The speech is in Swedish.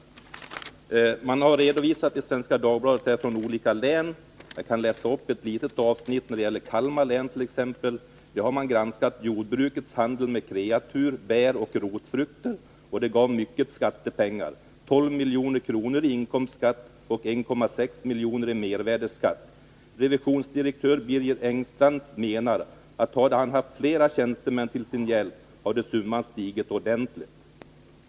I Svenska Dagbladet redovisas siffror från olika län, och jag kan återge en del av dem. I Kalmar län t.ex. har man granskat jordbrukets handel med kreatur, bär och rotfrukter. Det gav mycket av skattepengar, 12 milj.kr. i inkomstskatt och 1,6 milj.kr. i mervärdeskatt. Revisionsdirektör Birger Engstrand anser att om han hade haft fler tjänstemän till sin hjälp skulle summan ha stigit ordentligt.